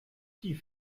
die